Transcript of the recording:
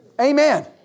Amen